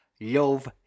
love